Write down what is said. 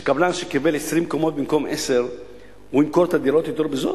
שקבלן שקיבל 20 קומות במקום עשר ימכור את הדירות יותר בזול?